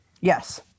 Yes